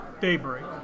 daybreak